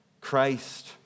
Christ